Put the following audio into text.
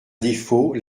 défaut